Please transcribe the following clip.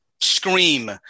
Scream